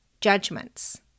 judgments